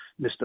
mr